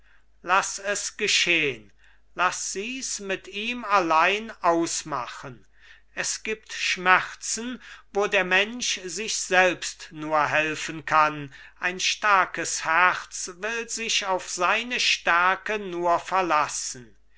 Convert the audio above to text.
laß es geschehn laß sies mit ihm allein ausmachen es gibt schmerzen wo der mensch sich selbst nur helfen kann ein starkes herz will sich auf seine stärke nur verlassen